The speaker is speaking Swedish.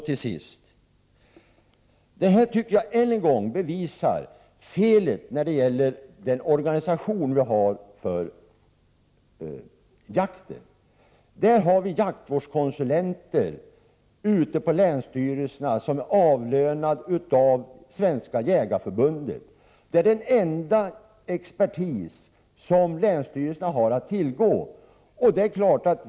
Till sist tycker jag att detta än en gång bevisar felet med den organisation vi har när det gäller jakt. Vi har jaktvårdskonsulenter ute på länsstyrelserna, som är avlönade av Svenska jägareförbundet. Det är den enda expertis som länsstyrelserna har att tillgå.